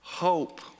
hope